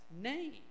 name